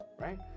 right